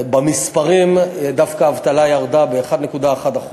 במספרים דווקא האבטלה ירדה ב-1.1%.